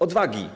Odwagi!